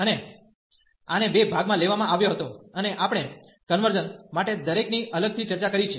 અને આને બે ભાગમાં લેવામાં આવ્યો હતો અને આપણે કન્વર્ઝન માટે દરેકની અલગથી ચર્ચા કરી છે